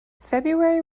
february